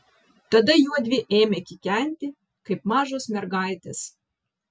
tada juodvi ėmė kikenti kaip mažos mergaitės